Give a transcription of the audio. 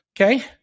Okay